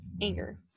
anger